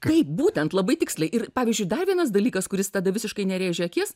kaip būtent labai tiksliai ir pavyzdžiui dar vienas dalykas kuris tada visiškai nerėžia akies